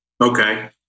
Okay